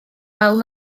weld